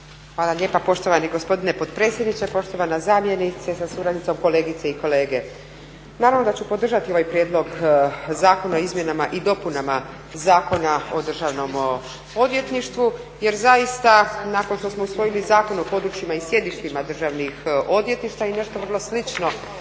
Hvala lijepa poštovani gospodine potpredsjedniče. Poštovana zamjenice sa suradnicom, kolegice i kolege. Naravno da ću podržati ovaj prijedlog Zakona o izmjenama i dopunama Zakona o državnom odvjetništvu jer zaista nakon što smo usvojili Zakon o područjima i sjedištima državnih odvjetništava i nešto vrlo slično